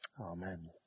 amen